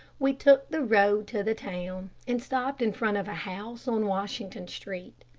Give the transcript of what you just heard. we took the road to the town and stopped in front of a house on washington street.